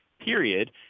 period